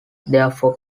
therefore